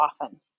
often